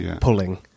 pulling